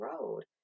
road